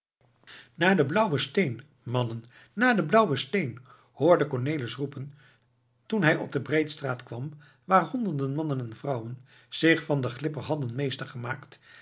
naar den blauwen steen mannen naar den blauwen steen hoorde cornelis roepen toen hij op de breedstraat kwam waar honderden mannen en vrouwen zich van den glipper hadden meester gemaakt